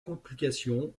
complications